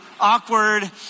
awkward